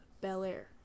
Belair